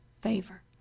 favor